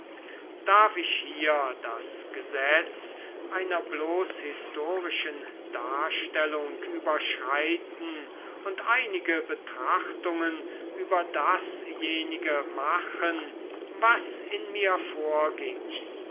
darf ich hier das gesetz einer bloß historischen darstellung überschreiten und einige betrachtungen über dasjenige machen was in mir vorging